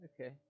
Okay